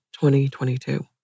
2022